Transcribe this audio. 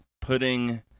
putting